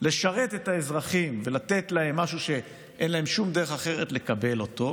לשרת את האזרחים ולתת להם משהו שאין להם שום דרך אחרת לקבל אותו,